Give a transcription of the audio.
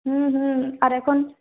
হুম হুম আর এখন